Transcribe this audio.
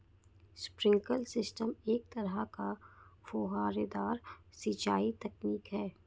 sprinkler system एक तरह का फुहारेदार सिंचाई तकनीक है